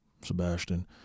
Sebastian